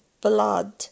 blood